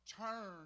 turn